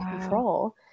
control